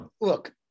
look